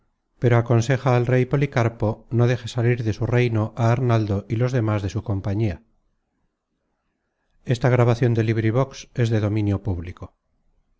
pero aconseja al rey policarpo no deje salir de su reino á arnaldo y los demas de su compañía